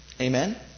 Amen